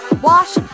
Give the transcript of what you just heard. Wash